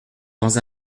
dans